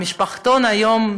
משפחתון היום,